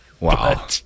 Wow